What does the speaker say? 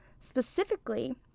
specifically